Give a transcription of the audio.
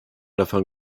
davon